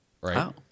Right